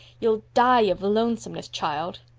you'll die of lonesomeness, child.